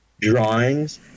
drawings